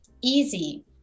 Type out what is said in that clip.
easy